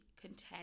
content